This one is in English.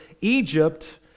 Egypt